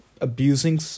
abusing